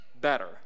better